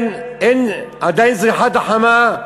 עדיין זריחת החמה,